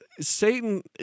Satan